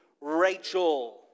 Rachel